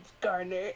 Garner